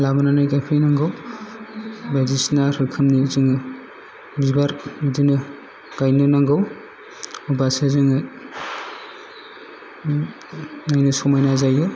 लाबोनानै गायफैनांगौ बायदिसिना रोखोमनि जोङो बिबार बिदिनो गायनो नांगौ होमबासो जोङो नायनो समायना जोयो